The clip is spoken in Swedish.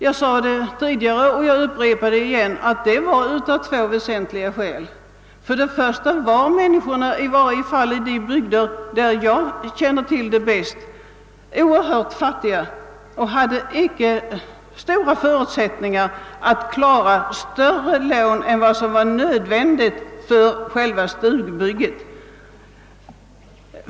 Jag har tidigare sagt att bakom detta låg två väsentliga skäl. För det första var människorna, i varje fall i de bygder som jag bäst känner till, oerhört fattiga och hade icke stora förutsättningar att klara större lån än vad som var nödvändigt för byggandet av stugan.